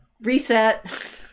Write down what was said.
Reset